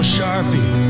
Sharpie